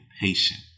patient